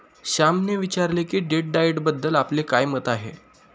श्यामने विचारले की डेट डाएटबद्दल आपले काय मत आहे?